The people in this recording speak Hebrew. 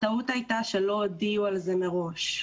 הטעות הייתה שלא הודיעו על זה מראש.